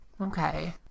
okay